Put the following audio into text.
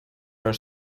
are